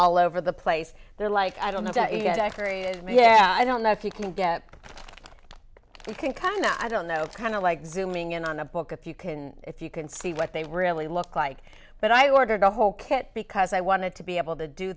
all over the place they're like i don't know yeah i don't know if you can get kind of i don't know it's kind of like zooming in on a book if you can if you can see what they really look like but i ordered the whole kit because i wanted to be able to do